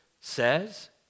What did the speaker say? says